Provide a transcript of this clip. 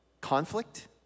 conflict